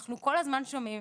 אנחנו כל הזמן שומעים,